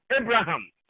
Abraham